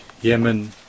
Yemen